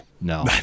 No